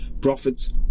profits